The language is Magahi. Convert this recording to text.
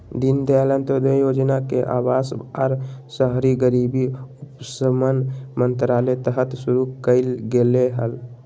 दीनदयाल अंत्योदय योजना के अवास आर शहरी गरीबी उपशमन मंत्रालय तहत शुरू कइल गेलय हल